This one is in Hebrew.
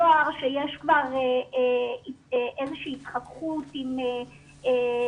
נוער שיש כבר איזושהי התחככות עם סמים,